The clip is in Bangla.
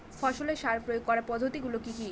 ফসলের সার প্রয়োগ করার পদ্ধতি গুলো কি কি?